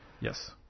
Yes